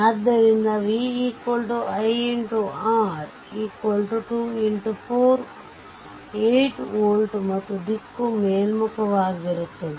ಆದ್ದರಿಂದ vixR 2x48ವೋಲ್ಟ್ ಮತ್ತು ದಿಕ್ಕು ಮೇಲ್ಮುಖವಾಗಿರುತ್ತದೆ